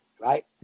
right